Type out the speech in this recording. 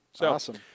Awesome